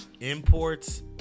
imports